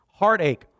Heartache